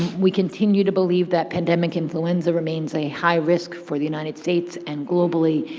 we continue to believe that pandemic influenza remains a high risk for the united states and globally,